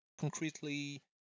concretely